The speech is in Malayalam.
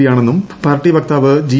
പി യാണെന്നും പാർട്ടി വക്താവ് ജി